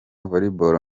volleyball